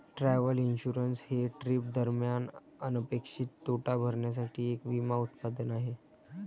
travel insurance हे trip दरम्यान अनपेक्षित तोटा भरण्यासाठी एक विमा उत्पादन आहे